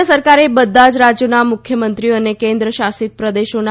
કેન્દ્ર સરકારે બધા જ રાજ્યોના મુખ્યમંત્રીઓ અને કેન્દ્ર શાસિત પ્રદેશોના